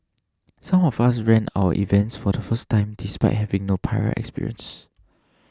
some of us ran our events for the first time despite having no prior experience